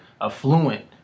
affluent